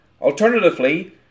Alternatively